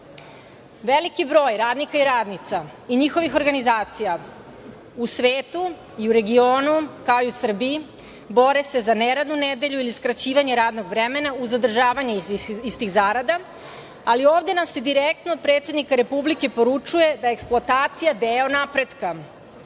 broj radnika i radnica i njihovih organizacija u svetu i u regionu, kao i u Srbiji bore se za neradnu nedelju ili skraćivanje radnog vremena uz zadržavanje istih zarada, ali ovde nam se direktno od predsednika Republike poručuje da je eksploatacija deo napretka. Danas,